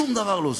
שום דבר לא זז.